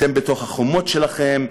אתם בתוך החומות שלכם,